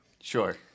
Sure